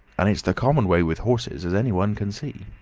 and it's the common way with horses, as any one can see.